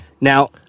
Now